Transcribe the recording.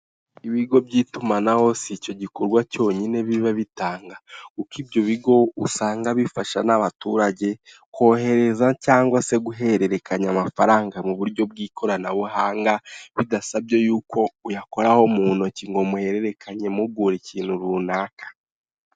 Ibigo by'itumanaho sicyo gikorwa cyonyine biba bitanga kuko ibyo bigo usanga bifasha n'abaturage kohereza cyangwa se guhererekanya amafaranga mu buryo bw'ikoranabuhanga bidasabye yuko uyakoraho mu ntoki ngo muhererekanye mugure ikintu runaka.